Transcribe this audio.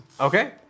Okay